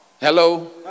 Hello